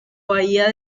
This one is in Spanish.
bahía